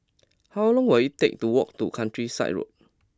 how long will it take to walk to Countryside Road